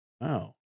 Wow